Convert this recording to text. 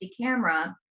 camera